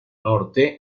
norte